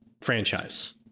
franchise